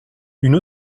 une